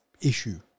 issue